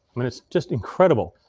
i mean, it's just incredible.